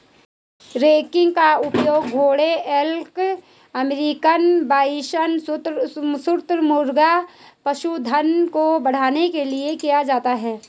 ranking का उपयोग घोड़ों एल्क अमेरिकन बाइसन शुतुरमुर्ग पशुधन को बढ़ाने के लिए किया जाता है